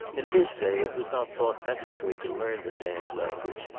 in his day it was not thought necessary to learn the damned language,